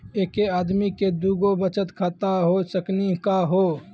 एके आदमी के दू गो बचत खाता हो सकनी का हो?